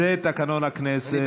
זה תקנון הכנסת.